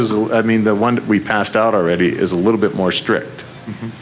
is all i mean the one we passed out already is a little bit more strict